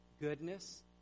goodness